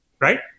right